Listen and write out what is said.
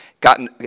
gotten